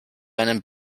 einen